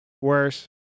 Worse